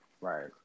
Right